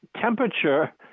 temperature